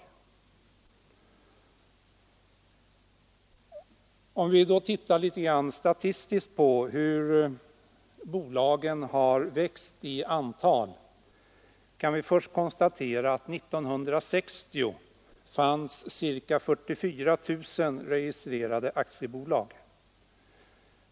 Om vi då tittar statistiskt på hur bolagen har växt i antal kan vi först konstatera att 1960 fanns ca 44 000 registrerade aktiebolag.